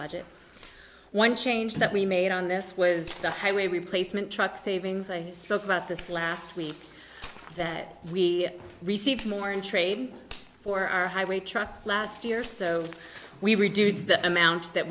budget one change that we made on this was the highway replacement truck savings i spoke about this last week that we received more in trade for our highway truck last year so we reduced the amount that